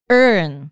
earn